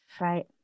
right